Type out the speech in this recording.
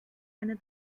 eine